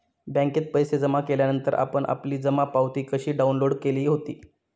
बँकेत पैसे जमा केल्यानंतर आपण आपली जमा पावती कशी डाउनलोड केली होती?